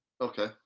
Okay